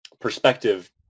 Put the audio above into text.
perspective